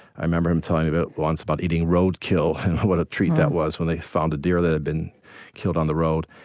i remember him telling once about eating roadkill and what a treat that was when they found a deer that had been killed on the road.